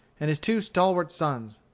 and his two stalwart sons.